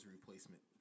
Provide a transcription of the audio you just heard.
replacement